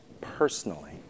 personally